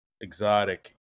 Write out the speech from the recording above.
exotic